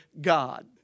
God